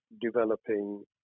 developing